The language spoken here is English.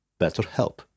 BetterHelp